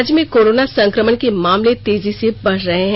राज्य में कोराना संक्रमण के मामले तेजी से बढ़ रहे हैं